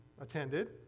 attended